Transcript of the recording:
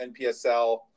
NPSL